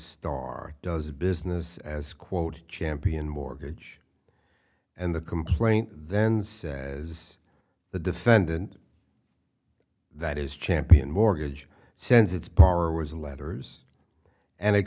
star does business as quote champion mortgage and the complaint then says the defendant that is champion mortgage sends its power was letters and it